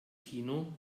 kino